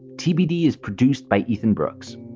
tbd is produced by ethan brooks,